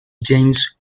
james